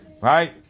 Right